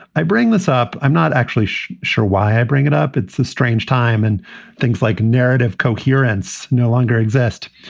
i bring this up. i'm not actually sure why i bring it up. it's a strange time and things like narrative coherence no longer exist.